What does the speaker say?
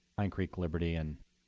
pine creek, liberty, and